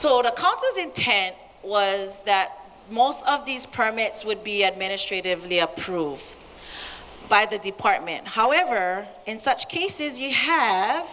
conses in ten was that most of these permits would be administratively approved by the department however in such cases you have